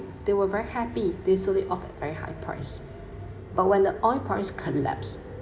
they were very happy they sold it off at very high price but when the oil price collapse